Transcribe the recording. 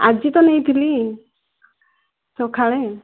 ଆଜି ତ ନେଇଥିଲି ସକାଳେ